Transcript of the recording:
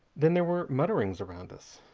then there were mutterings around us.